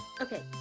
Okay